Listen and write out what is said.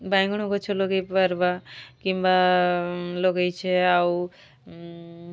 ବାଇଗଣ ଗଛ ଲଗାଇ ପାର୍ବା କିମ୍ବା ଲଗାଇଛେ ଆଉ